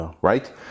right